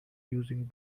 using